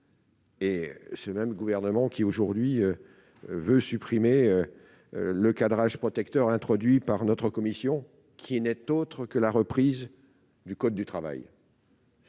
Et ce même gouvernement qui aujourd'hui veut supprimer le cadrage protecteur introduit par notre commission qui n'est autre que la reprise du code du travail.